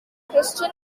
christian